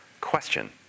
Question